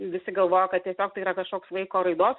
visi galvojo kad tiesiog tai yra kažkoks vaiko raidos